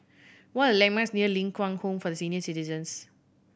what are the landmarks near Ling Kwang Home for Senior Citizens